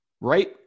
right